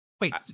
Wait